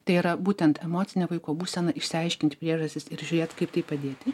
tai yra būtent emocinė vaiko būsena išsiaiškint priežastis ir žiūrėt kaip tai padėti